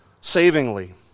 savingly